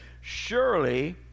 surely